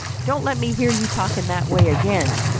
don't let me hear you talk in that way again,